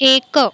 एक